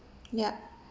ya